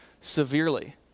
severely